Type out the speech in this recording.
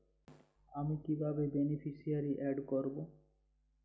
আমি কিভাবে beneficiary add করব?